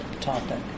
topic